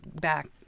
back